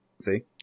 See